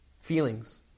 feelings